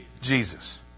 Jesus